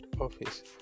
office